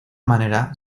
manera